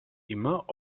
immer